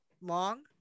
long